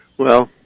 well,